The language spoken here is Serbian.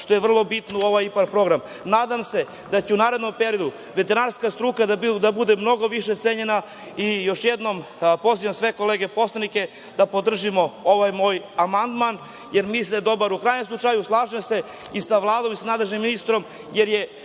što je vrlo bitno u ovom IPARD programu. Nadam se da će u narednom periodu veterinarska struka biti mnogo više cenjena i još jednom, pozivam sve kolege poslanike, da podržimo ovaj moj amandman, jer mislim da je dobar.U krajnjem slučaju, slažem se i sa Vladom i sa nadležnim ministrom,